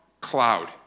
cloud